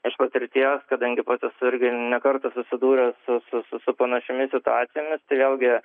iš patirties kadangi pats esu irgi ne kartą susidūręs su su panašiomis situacijomis tai vėlgi